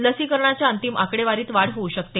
लसीकरणाच्या अंतिम आकडेवारीत वाढ होऊ शकते